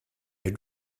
elle